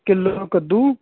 kilo ਕੱਦੂ